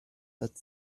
that